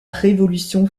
révolution